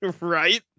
Right